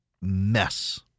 mess